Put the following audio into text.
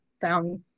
found